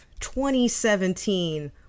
2017